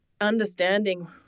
understanding